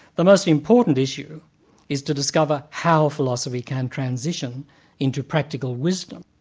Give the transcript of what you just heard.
the most important issue is to discover how philosophy can transition into practical wisdom,